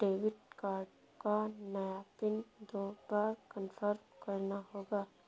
debit card का नया PIN दो बार कन्फर्म करना होगा